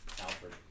Alfred